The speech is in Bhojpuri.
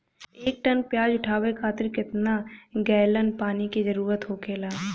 एक टन प्याज उठावे खातिर केतना गैलन पानी के जरूरत होखेला?